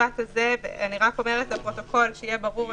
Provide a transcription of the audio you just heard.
אני אומרת לפרוטוקול שיהיה ברור,